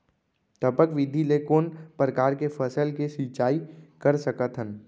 टपक विधि ले कोन परकार के फसल के सिंचाई कर सकत हन?